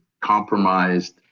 compromised